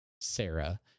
Sarah